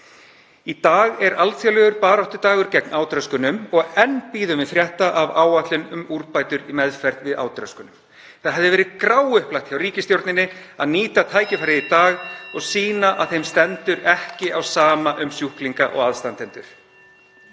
Í dag er alþjóðlegur baráttudagur gegn átröskunum og enn bíðum við frétta af áætlun um úrbætur í meðferð við átröskunum. Það hefði verið gráupplagt hjá ríkisstjórninni að nýta tækifærið í dag (Forseti hringir.) og sýna að henni standi ekki á sama um sjúklinga og aðstandendur.